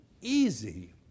easy